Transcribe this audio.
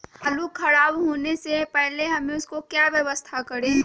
आलू खराब होने से पहले हम उसको क्या व्यवस्था करें?